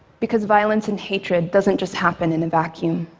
because violence and hatred doesn't just happen in a vacuum.